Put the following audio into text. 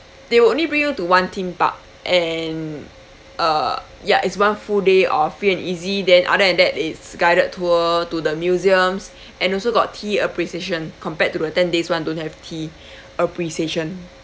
they will only bring you to one theme park and uh ya it's one full day of free and easy then other than that it's guided tour to the museums and also got tea appreciation compared to the ten days one don't have tea appreciation